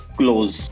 close